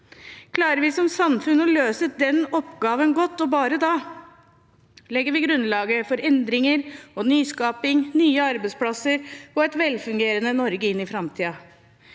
Klarer vi som samfunn å løse den oppgaven godt – og bare da – legger vi grunnlaget for endringer og nyskaping, nye arbeidsplasser og et velfungerende Norge inn i framtiden.